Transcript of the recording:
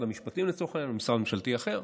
המשפטים לצורך העניין או משרד ממשלתי אחר,